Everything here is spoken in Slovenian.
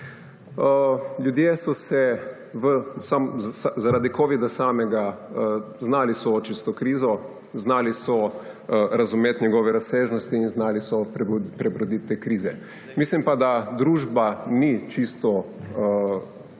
Ljudje so se zaradi covida samega znali soočiti s to krizo, znali so razumeti njegove razsežnosti in znali so prebroditi te krize. Mislim pa, da družba ni čisto